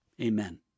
Amen